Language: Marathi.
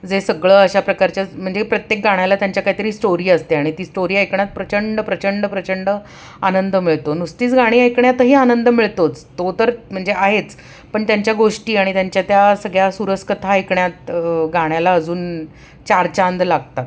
जे सगळं अशा प्रकारच्याच म्हणजे प्रत्येक गाण्याला त्यांच्या काहीतरी स्टोरी असते आणि ती स्टोरी ऐकण्यात प्रचंड प्रचंड प्रचंड आनंद मिळतो नुसतीच गाणी ऐकण्यातही आनंद मिळतोच तो तर म्हणजे आहेच पण त्यांच्या गोष्टी आणि त्यांच्या त्या सगळ्या सुरस कथा ऐकण्यात गाण्याला अजून चार चांद लागतात